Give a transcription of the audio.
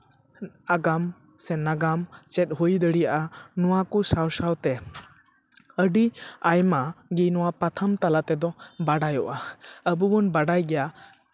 ᱟᱜᱟᱢ ᱥᱮ ᱱᱟᱜᱟᱢ ᱪᱮᱫ ᱦᱩᱭ ᱫᱟᱲᱮᱭᱟᱜᱼᱟ ᱱᱚᱣᱟ ᱠᱚ ᱥᱟᱶ ᱥᱟᱶᱛᱮ ᱟᱹᱰᱤ ᱟᱭᱢᱟ ᱜᱮ ᱱᱚᱣᱟ ᱯᱟᱛᱷᱟᱢ ᱛᱟᱞᱟ ᱛᱮᱫᱚ ᱵᱟᱰᱟᱭᱚᱜᱼᱟ ᱟᱵᱚ ᱵᱚᱱ ᱵᱟᱰᱟᱭ ᱜᱮᱭᱟ